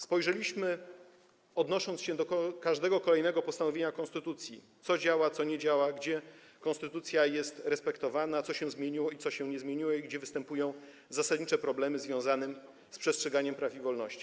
Spojrzeliśmy, odnosząc się do każdego kolejnego postanowienia konstytucji, do tego, co działa, co nie działa, gdzie konstytucja jest respektowana, co się zmieniło, a co się nie zmieniło i gdzie występują zasadnicze problemy związane z przestrzeganiem praw i wolności.